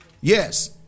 Yes